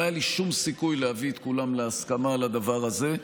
לא היה לי שום סיכוי להביא את כולם להסכמה על הדבר הזה.